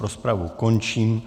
Rozpravu končím.